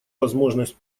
возможность